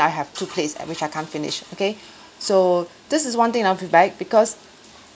I have two plates at which I can't finish okay so this is one thing that I want feedback because